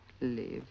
live